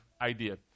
idea